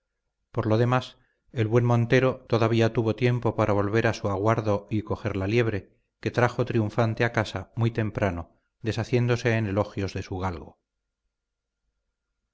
por lo demás el buen montero todavía tuvo tiempo para volver a su aguardo y coger la liebre que trajo triunfante a casa muy temprano deshaciéndose en elogios de